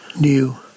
new